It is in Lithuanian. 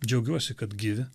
džiaugiuosi kad gyvi